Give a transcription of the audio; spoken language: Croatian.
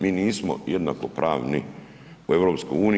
Mi nismo jednakopravni u EU.